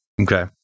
Okay